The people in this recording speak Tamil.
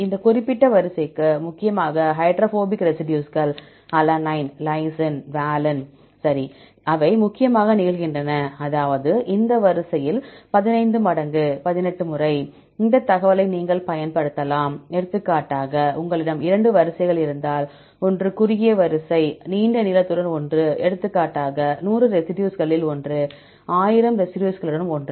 இந்த குறிப்பிட்ட வரிசைக்கு முக்கியமாக ஹைட்ரோபோபிக் ரெசிடியூஸ்கள் அலனைன் லைசின் வாலின்சரி அவை முக்கியமாக நிகழ்கின்றன அதாவது இந்த வரிசையில் 15 மடங்கு 18 முறை இந்த தகவலை நீங்கள் பயன்படுத்தலாம் எடுத்துக்காட்டாக உங்களிடம் 2 வரிசைகள் இருந்தால் ஒன்று குறுகிய வரிசை நீண்ட நீளத்துடன் ஒன்று எடுத்துக்காட்டாக 100 ரெசிடியூஸ்களில் ஒன்று 1000 ரெசிடியூஸ்களுடன் ஒன்று